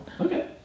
Okay